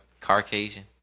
Caucasian